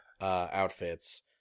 outfits